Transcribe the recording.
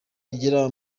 agera